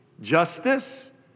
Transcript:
justice